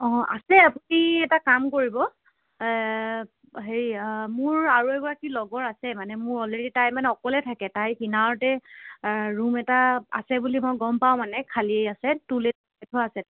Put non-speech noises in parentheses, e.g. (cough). অঁ আছে আপুনি এটা কাম কৰিব হেৰি মোৰ আৰু এগৰাকী লগৰ আছে মানে মোৰ অলৰেডী তাই মানে অকলে থাকে তাই কিনাৰতে ৰুম এটা আছে বুলি মই গম পাওঁ মানে খালিয়ে আছে ট লেট (unintelligible) আছে